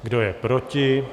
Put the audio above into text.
Kdo je proti?